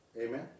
Amen